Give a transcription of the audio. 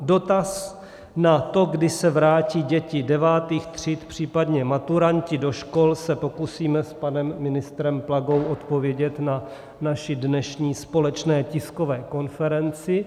Na dotaz na to, kdy se vrátí děti devátých tříd, případně maturanti, do škol, se pokusíme s panem ministrem Plagou odpovědět na naší dnešní společné tiskové konferenci.